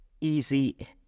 easy